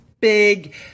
big